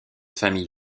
famille